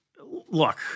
look